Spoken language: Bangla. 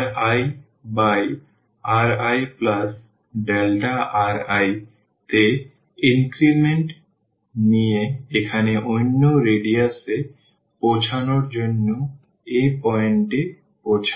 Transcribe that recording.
ri বাই riri তে ইনক্রিমেন্ট নিয়ে এখানে অন্য রেডিয়াস এ পৌঁছানোর জন্য এই পয়েন্ট এ পৌঁছাই